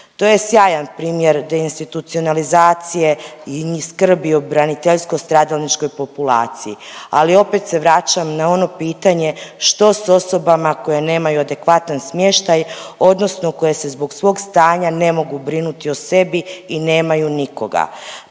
To je sjajan primjer deinstitucionalizacije i niz skrbi o braniteljsko stradalničkoj populaciji, ali opet se vraćam na ono pitanje što s osobama koje nemaju adekvatan smještaj odnosno koje se zbog svog stanja ne mogu brinuti o sebi i nemaju nikoga.